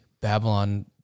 Babylon